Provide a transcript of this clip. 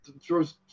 throws –